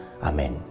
Amén